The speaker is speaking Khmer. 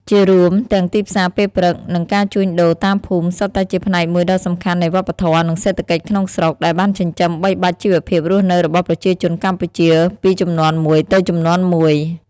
ជារួម ទាំងទីផ្សារពេលព្រឹក និងការជួញដូរតាមភូមិសុទ្ធតែជាផ្នែកមួយដ៏សំខាន់នៃវប្បធម៌ និងសេដ្ឋកិច្ចក្នុងស្រុក ដែលបានចិញ្ចឹមបីបាច់ជីវភាពរស់នៅរបស់ប្រជាជនកម្ពុជាពីជំនាន់មួយទៅជំនាន់មួយ។